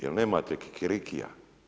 Jer nemate kikirikija.